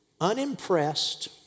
Unimpressed